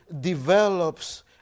develops